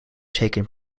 taken